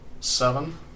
seven